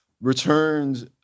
returns